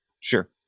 Sure